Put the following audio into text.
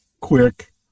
quick